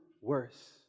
worse